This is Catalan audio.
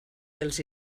dels